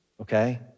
okay